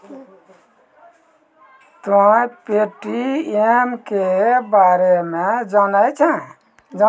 तोंय पे.टी.एम के बारे मे जाने छौं?